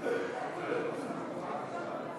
טרור),